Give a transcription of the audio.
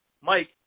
Mike